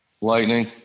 Lightning